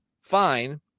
fine